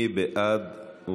מי בעד?